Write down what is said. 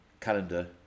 calendar